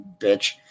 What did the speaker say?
bitch